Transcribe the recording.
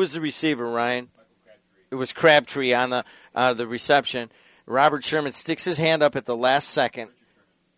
is the receiver ryan it was crabtree on the reception robert sherman sticks his hand up at the last second